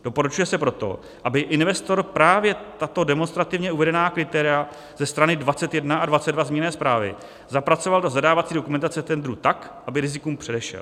Doporučuje se proto, aby investor právě tato demonstrativně uvedená kritéria ze strany 21 a 22 zmíněné zprávy zapracoval do zadávací dokumentace tendru tak, aby rizikům předešel.